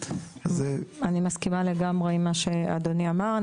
אני מסכימה לגמרי עם מה שאדוני אמר.